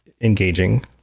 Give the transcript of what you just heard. engaging